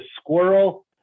squirrel